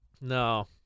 No